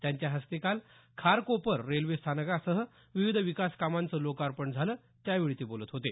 त्यांच्या हस्ते काल खारकोपर रेल्वे स्थानकासह विविध विकास कामांचं लोकार्पण झालं त्यावेळी ते बोलत होते